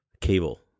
cable